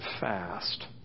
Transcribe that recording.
fast